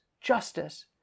justice